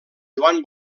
joan